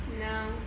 No